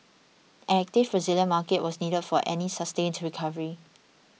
an active Brazilian market was needed for any sustained recovery